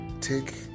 take